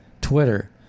Twitter